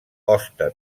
hoste